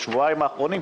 בשבועיים האחרונים,